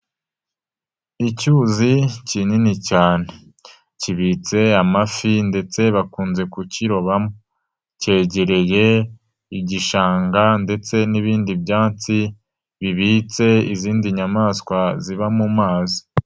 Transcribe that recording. Icyuzi kinini cyane. Kibitse amafi ndetse bakunze kukirobamo. Cyegereye igishanga ndetse n'ibindi byatsi bibitse izindi nyamaswa ziba mu mazi.